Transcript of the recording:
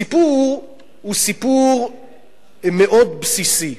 הסיפור הוא סיפור מאוד בסיסי.